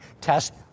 test